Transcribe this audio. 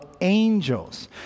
angels